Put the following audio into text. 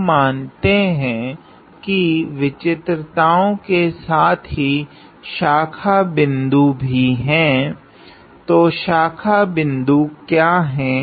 अब मानते हैं कि विचित्रताओ के साथ ही शाखा बिन्दु भी हैं तो शाखा बिन्दु क्या हैं